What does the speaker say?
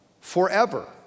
forever